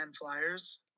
Flyers